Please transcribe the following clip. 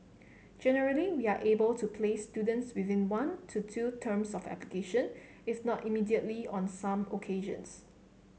generally we are able to place students within one to two terms of application it's not immediately on some occasions